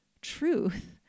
truth